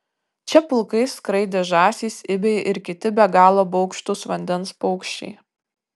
čia pulkais skraidė žąsys ibiai ir kiti be galo baugštūs vandens paukščiai